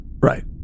Right